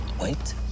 Wait